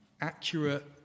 accurate